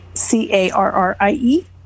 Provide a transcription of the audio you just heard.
C-A-R-R-I-E